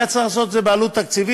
היה צריך לעשות את זה בעלות תקציבית.